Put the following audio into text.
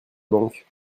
banque